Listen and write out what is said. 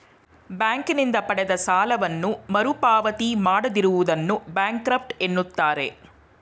ಬ್ಯಾಂಕಿನಿಂದ ಪಡೆದ ಸಾಲವನ್ನು ಮರುಪಾವತಿ ಮಾಡದಿರುವುದನ್ನು ಬ್ಯಾಂಕ್ರಫ್ಟ ಎನ್ನುತ್ತಾರೆ